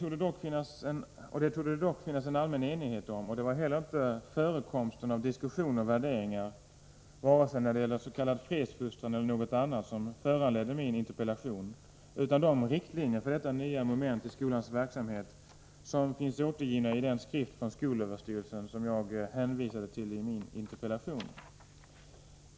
Om detta torde det föreligga allmän enighet, men det var inte förekomsten av diskussioner och värderingar, varken när det gäller s.k. fredsfostran eller något annat, som föranledde interpellationen, utan de riktlinjer för detta nya moment i skolans verksamhet som finns återgivna i den skrift från skolöverstyrelsen, som jag hänvisade till i min interpellation.